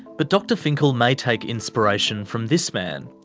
but dr finkel may take inspiration from this man,